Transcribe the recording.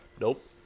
Nope